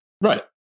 Right